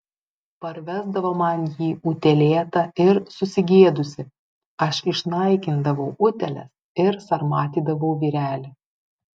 parvesdavo man jį utėlėtą ir susigėdusį aš išnaikindavau utėles ir sarmatydavau vyrelį